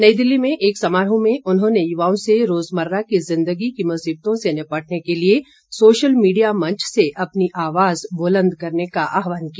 नई दिल्ली में एक समारोह में उन्होंने युवाओं से रोजमर्रा की जिंदगी की मुसीबतों से निपटने के लिए सोशल मीडिया मंच से अपनी आवाज बुलंद करने का आह्वान किया